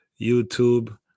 YouTube